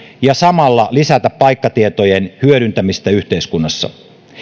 ja samalla lisätä paikkatietojen hyödyntämistä yhteiskunnassa